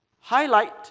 highlight